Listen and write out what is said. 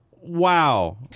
Wow